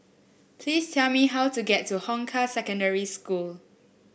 please tell me how to get to Hong Kah Secondary School